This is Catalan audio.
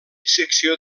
secció